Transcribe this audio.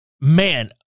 man